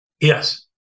Yes